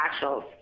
actuals